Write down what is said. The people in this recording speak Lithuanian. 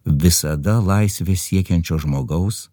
visada laisvės siekiančio žmogaus